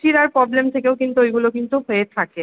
শিরার প্রবলেম থেকেও কিন্তু ওইগুলো কিন্তু হয়ে থাকে